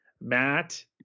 Matt